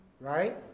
right